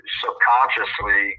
subconsciously